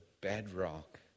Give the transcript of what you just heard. bedrock